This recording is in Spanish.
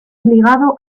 obligado